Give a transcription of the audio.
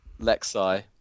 Lexi